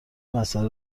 مساله